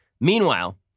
meanwhile